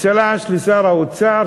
צל"ש לשר האוצר,